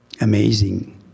amazing